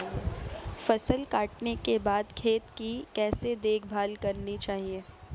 फसल काटने के बाद खेत की कैसे देखभाल करनी चाहिए?